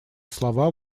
слова